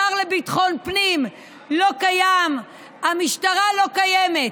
השר לביטחון פנים לא קיים, המשטרה לא קיימת.